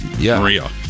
Maria